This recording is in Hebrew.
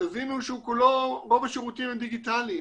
תבינו שהוא כולו, רוב השירותים הם דיגיטליים,